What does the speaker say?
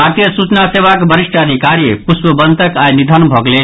भारतीय सूचना सेवाक वरिष्ठ अधिकारी प्रष्पवंतक आई निधन भऽ गेलनि